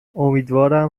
امیدوارم